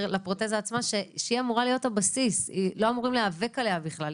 לפרוטזה עצמה שהיא אמורה להיות הבסיס ולא אמורים להיאבק עליה בכלל.